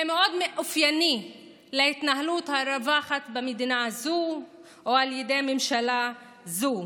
זה מאוד אופייני להתנהלות הרווחת במדינה הזאת או על ידי הממשלה הזאת.